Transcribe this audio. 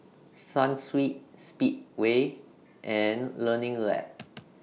Sunsweet Speedway and Learning Lab